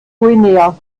guinea